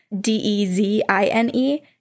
D-E-Z-I-N-E